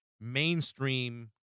mainstream